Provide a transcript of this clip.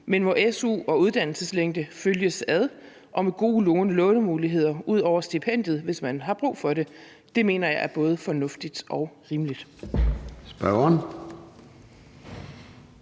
su, hvor su og uddannelseslængde følges ad, og hvor der er gode lånemuligheder ud over stipendiet, hvis man har brug for det. Det mener jeg er både fornuftigt og rimeligt.